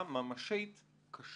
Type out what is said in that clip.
התמיכה הממשלתית של משרד התרבות.